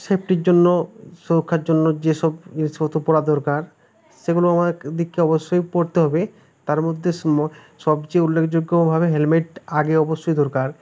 সেফটির জন্য সুরক্ষার জন্য যেসব জিনিসপত্র পরা দরকার সেগুলো আমাদেরকে অবশ্যই পরতে হবে তার মধ্যে সুমো সবচেয়ে উল্লেখযোগ্যভাবে হেলমেট আগে অবশ্যই দরকার